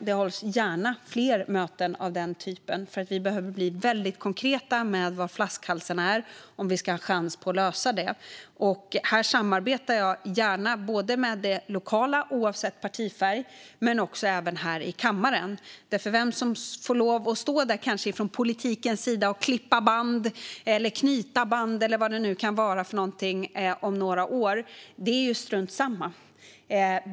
Det hålls gärna fler möten av denna typ, för vi behöver bli väldigt konkreta med vilka flaskhalsarna är om vi ska ha en chans att lösa dem. Jag samarbetar gärna både med lokalpolitiken oavsett partifärg och med riksdagens ledamöter, för vilken politiker som får klippa band eller knyta band om några år är strunt samma.